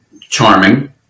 charming